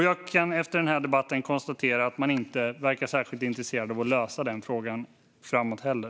Jag kan efter debatten konstatera att man inte verkar särskilt intresserad av att lösa den frågan framöver heller.